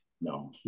no